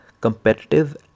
competitive